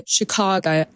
Chicago